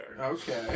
Okay